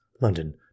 London